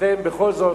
אתם בכל זאת,